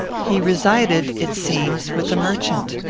he resided, it seems, with a merchant.